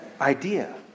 idea